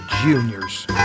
Juniors